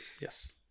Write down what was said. Yes